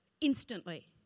instantly